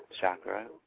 chakra